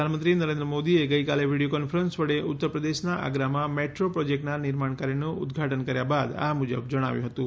પ્રધાનમંત્રી નરેન્દ્ર મોદીએ ગઈકાલે વીડિયો કોન્ફરન્સ વડે ઉત્તરપ્રદેશના આગ્રામાં મેટ્રો પ્રોજેક્ટના નિર્માણ કાર્યનું ઉદ્વાટન કર્યા બાદ આ મુજબ જણાવ્યું હતું